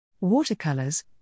Watercolors